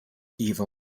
evil